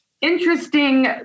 interesting